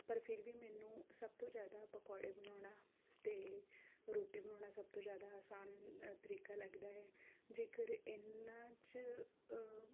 ਪਰ ਫਿਰ ਵੀ ਮੈਨੂੰ ਸਭ ਤੋਂ ਜ਼ਿਆਦਾ ਪਕੌੜੇ ਬਣਾਉਣਾ ਅਤੇ ਰੋਟੀ ਬਣਾਉਣਾ ਸਭ ਤੋਂ ਜ਼ਿਆਦਾ ਆਸਾਨ ਅ ਤਰੀਕਾ ਲੱਗਦਾ ਹੈ ਜੇਕਰ ਇਹਨਾਂ 'ਚ